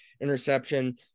interception